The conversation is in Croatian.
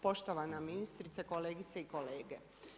Poštovana ministrice, kolegice i kolege.